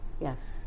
Yes